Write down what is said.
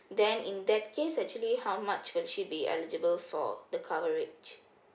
then in that case actually how much will she be eligible for the courage